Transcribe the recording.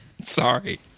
Sorry